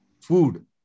food